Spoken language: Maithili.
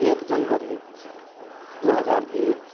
एक जनवरी दू हजार एक